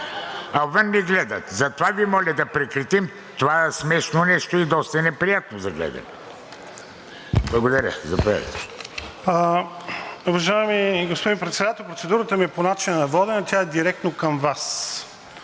отвън ни гледат. Затова Ви моля да прекратим, това смешно нещо е доста неприятно за гледане. Благодаря. Заповядайте.